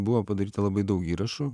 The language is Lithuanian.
buvo padaryta labai daug įrašų